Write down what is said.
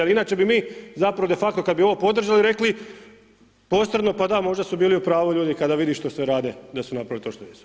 Inače bi mi zapravo de facto kada bi ovo podržali rekli posredno pa da, možda su bili u pravu ljudi kada vide što sve rade da su napravili to što jesu.